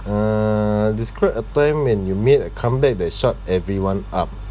uh describe a time when you made a comeback that shut everyone up